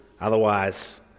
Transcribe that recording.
Otherwise